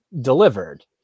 delivered